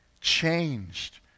changed